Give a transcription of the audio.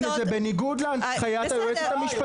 זה בניגוד להנחיית היועצת המשפטית.